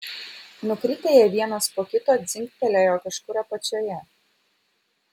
nukritę jie vienas po kito dzingtelėjo kažkur apačioje